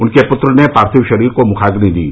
उनके पुत्र ने पार्थिव शरीर को मुखाग्नि दी